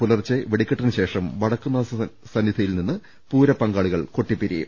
പുലർച്ചെ വെടിക്കെട്ടിനുശേഷം വടക്കുംനാഥ സന്നിധിയിൽ നിന്ന് പൂരപങ്കാളികൾ കൊട്ടിപ്പിരിയും